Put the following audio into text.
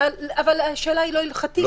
השאלה היא לא הלכתית.